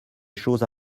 choses